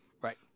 right